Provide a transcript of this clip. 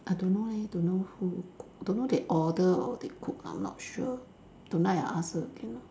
I don't know leh don't know cook who don't know they order or they cook I'm not sure tonight I ask her again lah